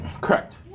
Correct